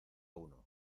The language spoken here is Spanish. uno